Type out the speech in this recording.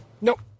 Nope